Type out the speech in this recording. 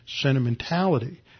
sentimentality